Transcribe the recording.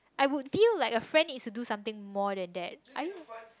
I would deal like a friend is do something more than that are you